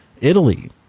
Italy